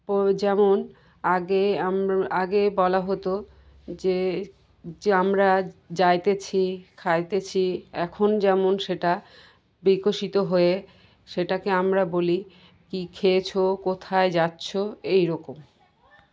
যেমন আগে আম আগে বলা হতো যে যে আমরা যাইতেছি খাইতেছি এখন যেমন সেটা বিকশিত হয়ে সেটাকে আমরা বলি কী খেয়েছ কোথায় যাচ্ছ এইরকম